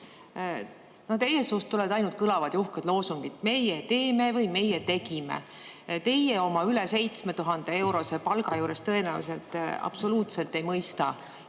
teie suust tulevad ainult kõlavad ja uhked loosungid: meie teeme või meie tegime. Teie oma üle 7000-eurose palga juures tõenäoliselt absoluutselt ei mõista